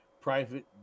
private